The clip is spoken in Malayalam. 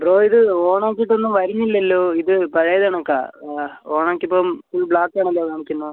ബ്രോ ഇത് ഓണ് ആക്കിയിട്ട് ഒന്നും വരുന്നില്ലലോ ഇത് പഴയത് കണക്കാ ആ ഓണ് ആക്കിയപ്പം ഫുൾ ബ്ലാക്ക് ആണല്ലോ കാണിക്കുന്നത്